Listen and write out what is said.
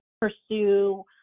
pursue